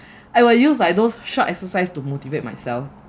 I will use like those short exercise to motivate myself